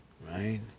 right